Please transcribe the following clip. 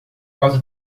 causa